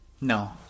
No